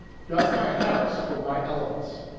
dug by harris for my elements.